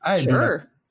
Sure